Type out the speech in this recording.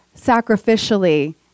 sacrificially